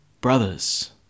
brothers